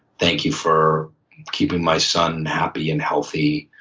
thank you for keeping my son happy and healthy